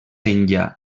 enllà